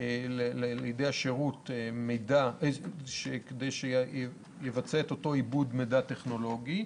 לידי השירות איזשהו מידע כדי שיבצע את אותו עיבוד מידע טכנולוגי.